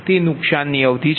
તે નુકસાનની અવધિ છે